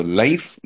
life